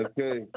Okay